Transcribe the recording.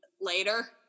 later